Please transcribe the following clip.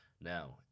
Now